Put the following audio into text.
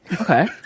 okay